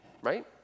right